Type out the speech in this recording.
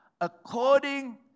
according